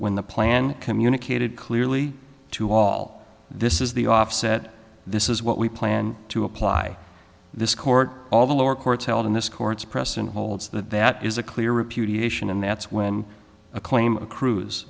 when the plan communicated clearly to all this is the offset this is what we plan to apply this court all the lower courts held in this court's precedent holds that that is a clear repudiation and that's when a claim accru